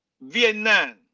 Vietnam